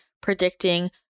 predicting